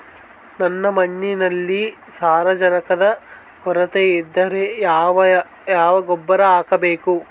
ನನ್ನ ಮಣ್ಣಿನಲ್ಲಿ ಸಾರಜನಕದ ಕೊರತೆ ಇದ್ದರೆ ಯಾವ ಗೊಬ್ಬರ ಹಾಕಬೇಕು?